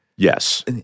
Yes